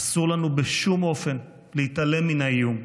אסור לנו בשום אופן להתעלם מן האיום.